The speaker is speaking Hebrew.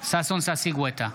ששון ששי גואטה,